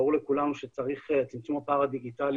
ברור לכולנו שצמצום הפער הדיגיטלי,